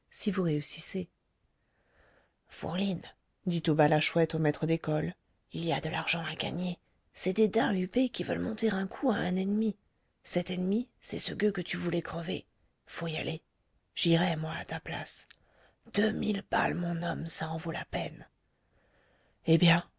si vous réussissez fourline dit tout bas la chouette au maître d'école il y a de l'argent à gagner c'est des daims huppés qui veulent monter un coup à un ennemi cet ennemi c'est ce gueux que tu voulais crever faut y aller j'irais moi à ta place deux mille balles mon homme ça en vaut la peine eh bien